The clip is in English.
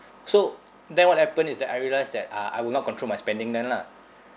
so then what happen is that I realise that uh I will not control my spending then lah